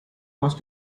was